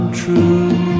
true